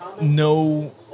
no